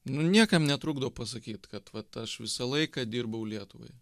nu niekam netrukdo pasakyt kad vat aš visą laiką dirbau lietuvai